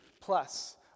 plus